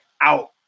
out